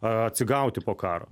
atsigauti po karo